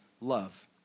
love